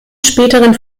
späteren